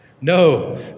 No